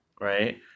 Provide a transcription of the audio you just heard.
Right